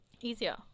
easier